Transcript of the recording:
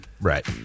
Right